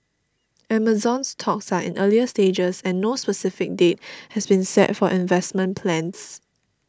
Amazon's talks are in earlier stages and no specific date has been set for investment plans